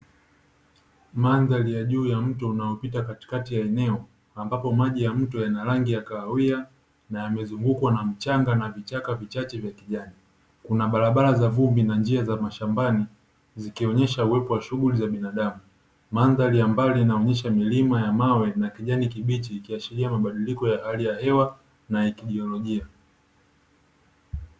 Mandhari ya juu ya mto unaopita katikati ya eneo, ambapo maji ya mto yana rangi ya kahawia, na yamezungukwa na mchanga na vichaka vichache vya kijani. Kuna barabara za vumbi na njia za mashambani, zikionyesha uwepo wa shughuli za binadamu. Mandhani ya mbali inaonyesha milima ya mawe, na kijani kibichi ikiashiria mabadiliko ya hali ya hewa na ya kijiolojia.